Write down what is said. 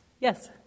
Yes